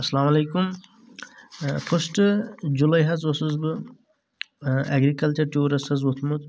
اسلام علیکم first July حظ اوسُس بہٕ اٮ۪گرکلچر ٹورس حظ ووٚتھمُتھ